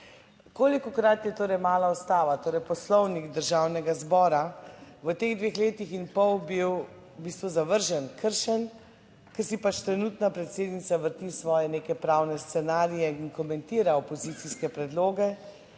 Kolikokrat je torej mala ustava, torej Poslovnik Državnega zbora, v teh dveh letih in pol bil v bistvu zavržen, kršen, ker si pač trenutna predsednica vrti svoje neke pravne scenarije in komentira opozicijske predloge